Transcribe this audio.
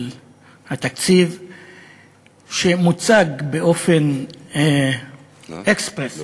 מוצג אקספרס,